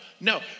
no